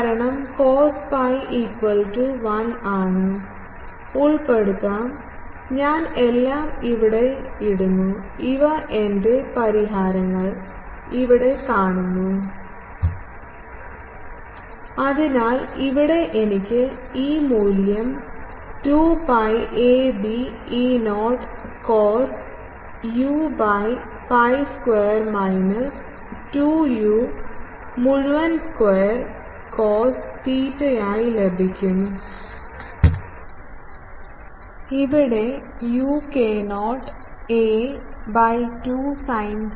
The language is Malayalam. അതിനാൽ നിങ്ങൾക്ക് ഞങ്ങളുടെ എല്ലാ പരിഹാരങ്ങളും യഥാർത്ഥത്തിൽ ഉൾപ്പെടുത്താം ഞാൻ എല്ലാo ഇവിടെ ഇടുന്നു ഇവ എൻറെ പരിഹാരങ്ങൾ ഇവിടെ കാണുന്നു അതിനാൽ ഇവിടെ എനിക്ക് E മൂല്യം 2 pi a b E0 cos u by pi square minus 2 u മുഴുവൻ സ്ക്വയർ കോസ് തീറ്റയായി ലഭിക്കും ഇവിടെ u k0 a by 2 sine theta